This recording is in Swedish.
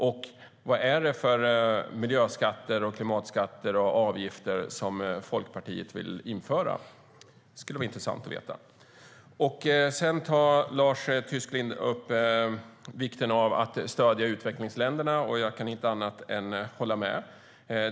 Och vad är det för miljöskatter, klimatskatter och avgifter som Folkpartiet vill införa? Det skulle vara intressant att veta. Lars Tysklind tar upp vikten av att stödja utvecklingsländerna. Jag kan inte annat än att hålla med.